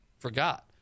forgot